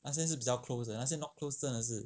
那些是比较 close 的那些 not close 真的是